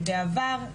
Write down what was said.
בעבר,